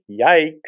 Yikes